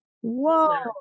whoa